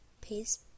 peace